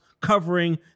covering